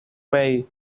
may